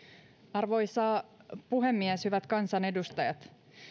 arvoisa puhemies hyvät kansanedustajat